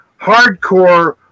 hardcore